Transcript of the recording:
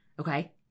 Okay